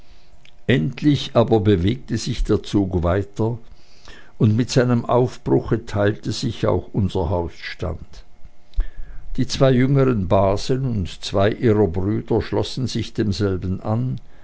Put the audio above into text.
endlich aber bewegte sich der zug weiter und mit seinem aufbruche teilte sich auch unser hausstand die zwei jüngeren basen und zwei ihrer brüder schlossen sich demselben an